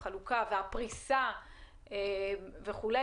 ובחלוקה ובפריסה שלהם וכן הלאה.